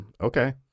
okay